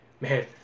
man